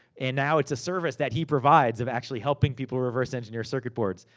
and now it's a service that he provides, of actually helping people reverse engineer circuit boards,